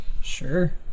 sure